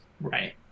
Right